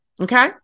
Okay